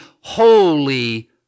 holy